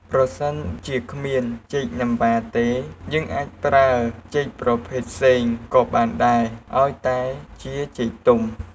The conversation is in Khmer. ប្រសិនជាគ្មានចេកណាំវ៉ាទេ យើងអាចប្រើចេកប្រភេទផ្សេងក៏បានដែរឱ្យតែជាចេកទុំ។